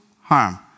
harm